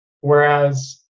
Whereas